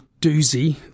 doozy